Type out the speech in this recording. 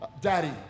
Daddy